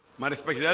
my respect yeah